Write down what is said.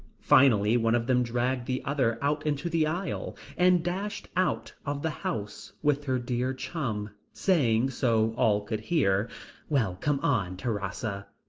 finally one of them dragged the other out into the aisle, and dashed out of the house with her dear chum, saying, so all could hear well, come on, terasa,